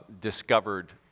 discovered